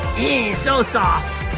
so soft!